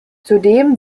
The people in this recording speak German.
zudem